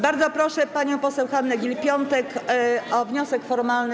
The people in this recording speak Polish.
Bardzo proszę panią poseł Hannę Gill-Piątek o wniosek formalny.